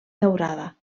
daurada